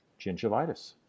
gingivitis